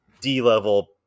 D-level